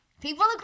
people